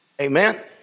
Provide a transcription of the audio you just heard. Amen